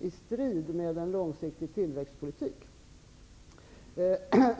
i strid med en långsiktig tillväxtpolitik.